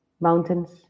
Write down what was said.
mountains